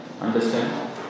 understand